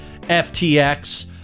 FTX